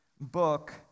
book